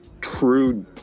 true